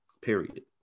period